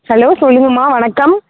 hello சொல்லுங்கம்மா வணக்கம்